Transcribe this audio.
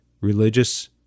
religious